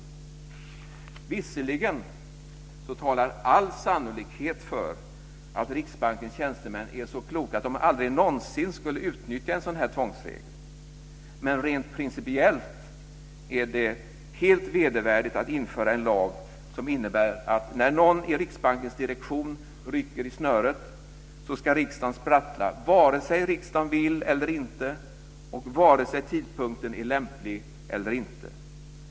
Visserligen talar all sannolikhet för att Riksbankens tjänstemän är så kloka att de aldrig någonsin skulle utnyttja en sådan här tvångsregel men rent principiellt är det helt vedervärdigt att införa en lag som innebär att när någon i Riksbankens direktion rycker i snöret ska riksdagen sprattla, vare sig riksdagen vill eller inte och vare sig tidpunkten är lämplig eller inte.